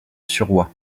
suroît